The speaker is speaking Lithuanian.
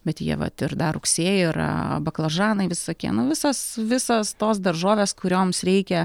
bet jie vat ir dar rugsėjį yra baklažanai visokie nu visas visos tos daržovės kurioms reikia